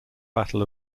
battle